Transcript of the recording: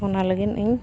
ᱚᱱᱟ ᱞᱟᱹᱜᱤᱫ ᱤᱧ